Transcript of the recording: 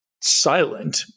silent